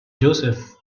joseph